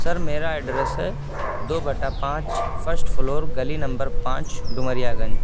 سر میرا ایڈریس ہے دو بٹہ پانچ فرسٹ فلور گلی نمبر پانچ ڈومریا گنج